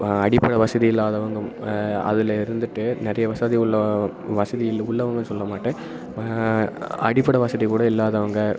அடிப்படை வசதி இல்லாதவங்க அதில் இருந்துவிட்டு நிறைய வசதி உள்ள வசதி இல் உள்ளவங்கன்னு சொல்ல மாட்டேன் அடிப்படை வசதிக்கு கூட இல்லாதவங்க